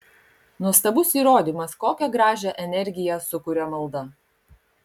nuostabus įrodymas kokią gražią energiją sukuria malda